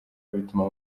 bituma